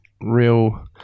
real